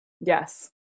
Yes